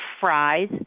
fries